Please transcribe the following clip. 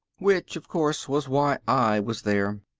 which, of course, was why i was there.